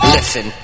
Listen